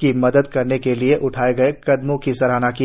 की मदद करने के लिए उठाए गए कदमों की सराहना की